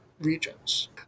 regions